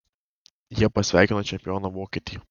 jie pasveikino čempioną vokietį